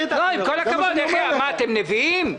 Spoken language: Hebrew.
לא, עם כל הכבוד, מה, אתם נביאים?